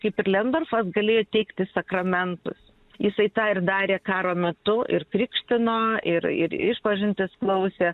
kaip ir lendorfas galėjo teikti sakramentus jisai tą ir darė karo metu ir krykštino ir ir išpažintis klausė